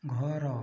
ଘର